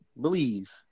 believe